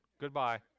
Goodbye